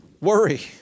worry